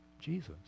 Jesus